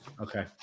Okay